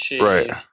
right